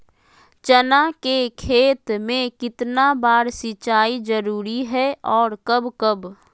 चना के खेत में कितना बार सिंचाई जरुरी है और कब कब?